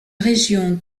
région